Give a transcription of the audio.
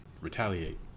retaliate